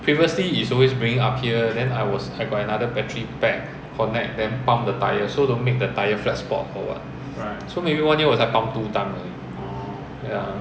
previously is always bring it up here then I was I got another battery pack connect them then pump the tyre so don't make the tyre flat spot or what so maybe one year 我才 pump two time 而已 ya